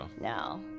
no